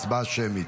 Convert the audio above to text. הצבעה שמית.